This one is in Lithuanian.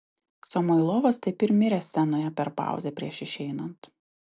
samoilovas taip ir mirė scenoje per pauzę prieš išeinant